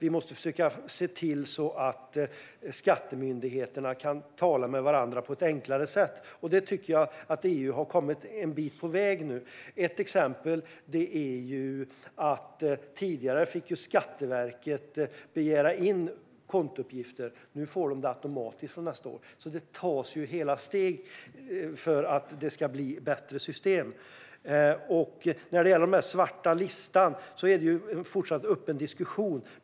Vi måste försöka se till att skattemyndigheterna kan tala med varandra på ett enklare sätt. Jag tycker att EU har kommit en bit på väg. Ett exempel är att Skatteverket tidigare fick begära in kontouppgifter. Från nästa år får de detta automatiskt. Det tas alltså steg för att det ska bli bättre system. När det gäller den svarta listan är det en fortsatt öppen diskussion.